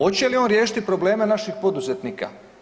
Oće li on riješiti probleme naših poduzetnika?